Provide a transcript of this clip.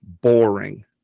boring